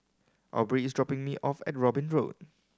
Aubree is dropping me off at Robin Road